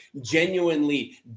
genuinely